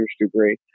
degree